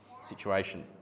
situation